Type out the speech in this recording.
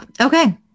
Okay